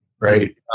right